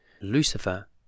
Lucifer